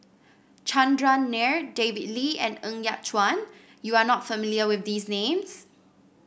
Chandran Nair David Lee and Ng Yat Chuan you are not familiar with these names